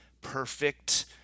perfect